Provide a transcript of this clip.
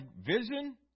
vision